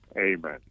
Amen